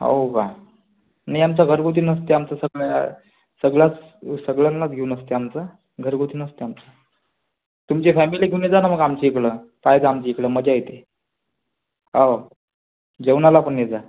हाव का नाही आमचा घरगुती नसते आमचं सगळ्या सगळ्याच सगळ्यांना घेऊन असते आमचं घरगुती नसतं आमचं तुमचे फॅमिली घेऊन येत जा ना मग आमच्या हिकडं राहायचं आमच्या हिकडं मज्जा येते हाव जेवणाला पण येत जा